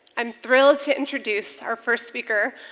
i'm thrilled to introduce our first speaker,